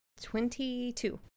Twenty-two